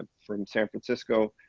ah from san francisco.